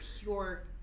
pure